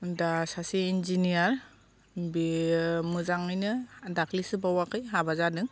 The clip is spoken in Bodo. दा सासे इनजिनियार बियो मोजाङैनो दाख्लिसो बावाखै हाबा जादों